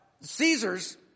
Caesars